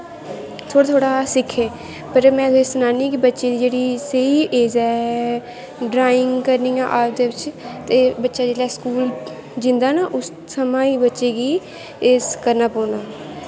थोह्ड़ा थोह्ड़ा सिक्खै पर में तुसें गी सनान्नी आं बच्चे जेह्की स्हेई एज़ ऐ ड्राईंग करने दी आर्ट दे बिच्च ते बच्चे जिसलै स्कूल जंदा ना उसलै बच्चें गी एह् करना पौना